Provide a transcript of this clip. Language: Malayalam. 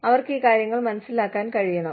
അവർക്ക് ഈ കാര്യങ്ങൾ മനസ്സിലാക്കാൻ കഴിയണം